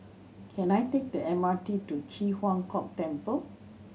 can I take the M R T to Ji Huang Kok Temple